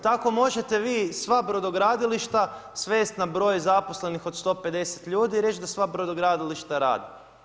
Tako možete vi sva brodogradilišta svest na broj zaposlenih od 150 ljudi i reći da sva brodogradilišta rade.